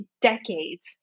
decades